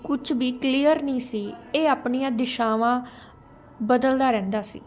ਕੁਛ ਵੀ ਕਲੀਅਰ ਨਹੀਂ ਸੀ ਇਹ ਆਪਣੀਆਂ ਦਿਸ਼ਾਵਾਂ ਬਦਲਦਾ ਰਹਿੰਦਾ ਸੀ